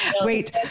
wait